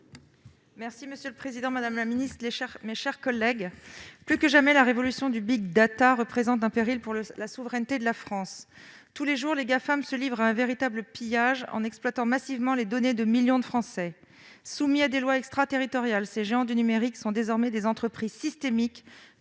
Résilience ! La parole est à Mme Céline Boulay-Espéronnier. Plus que jamais, la révolution du représente un péril pour la souveraineté de la France. Tous les jours, les Gafam se livrent à un véritable pillage en exploitant massivement les données de millions de Français. Soumis à des lois extraterritoriales, ces géants du numérique sont désormais des entreprises systémiques,